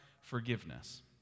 forgiveness